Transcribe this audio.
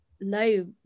low